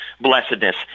blessedness